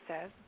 says